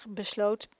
besloot